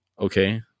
Okay